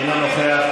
אינו נוכח,